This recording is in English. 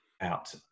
out